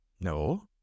no